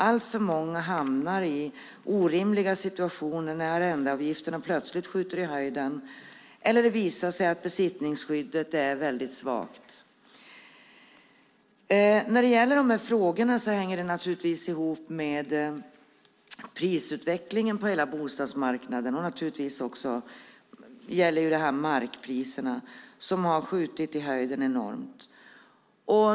Alltför många hamnar i orimliga situationer när arrendeavgifterna plötsligt skjuter i höjden eller när det visar sig att besittningsskyddet är väldigt svagt. De här frågorna hänger naturligtvis ihop med prisutvecklingen på hela bostadsmarknaden. Det gäller också markpriserna som har skjutit i höjden enormt.